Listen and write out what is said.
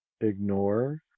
ignore